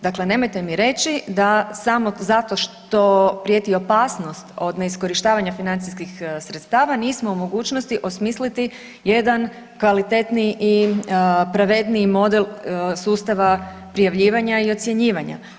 Dakle, nemojte mi reći da samo zato što prijeti opasnost od neiskorištavanja financijskih sredstava nismo u mogućnosti osmisliti jedan kvalitetni i pravedniji model sustava prijavljivanja i ocjenjivanja.